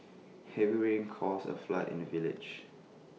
heavy rains caused A flood in the village